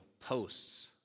posts